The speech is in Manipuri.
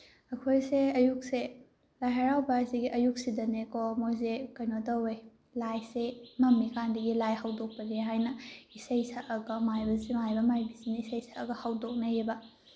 ꯑꯩꯈꯣꯏꯁꯦ ꯑꯌꯨꯛꯁꯦ ꯂꯥꯏ ꯍꯔꯥꯎꯕ ꯑꯁꯤꯒꯤ ꯑꯌꯨꯛꯁꯤꯗꯅꯀꯣ ꯃꯣꯏꯁꯦ ꯀꯩꯅꯣ ꯇꯧꯋꯦ ꯂꯥꯏꯁꯦ ꯃꯝꯃꯤ ꯀꯥꯟꯗꯒꯤ ꯂꯥꯏ ꯍꯧꯗꯣꯛꯄꯅꯦ ꯍꯥꯏꯅ ꯏꯁꯩ ꯁꯛꯑꯒ ꯃꯥꯏꯕ ꯃꯥꯏꯕꯤꯁꯤꯡꯅ ꯏꯁꯩ ꯁꯛꯑꯒ ꯍꯧꯗꯣꯛꯅꯩꯕ